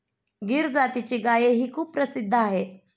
गीर जातीची गायही खूप प्रसिद्ध आहे